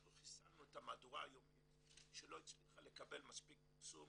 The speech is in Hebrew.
אנחנו חיסלנו את המהדורה היומית שלא הצליחה לקבל מספיק פרסום